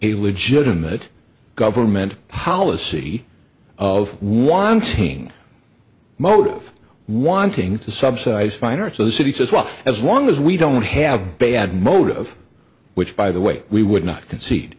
a legitimate government policy of wanting mode of wanting to subsidize fine arts of the cities as well as long as we don't have bad motive which by the way we would not concede